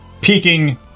peeking